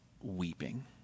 weeping